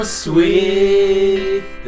sweet